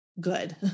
good